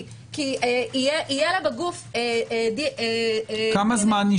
כי יהיה לה בגוף --- כמה זמן?